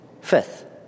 Fifth